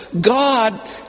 God